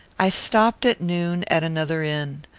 i stopped at noon at another inn.